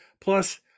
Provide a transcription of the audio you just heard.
Plus